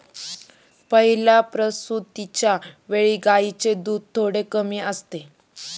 पहिल्या प्रसूतिच्या वेळी गायींचे दूध थोडे कमी असते